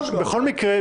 בכל מקרה,